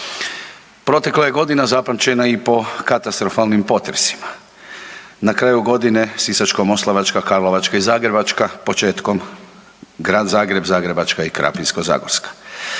Protekla je godina zapamćena i po katastrofalnim potresima. Na kraju godine Sisačko-moslavačka, Karlovačka i Zagrebačka, početkom Grad Zagreb, Zagrebačka i Krapinsko-zagorska.